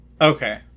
Okay